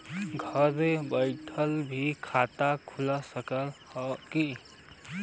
घरे बइठले भी खाता खुल सकत ह का?